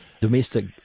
domestic